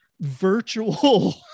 virtual